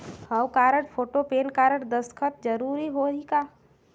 हव card, photo, PAN card, दस्खत जरूरी होही का?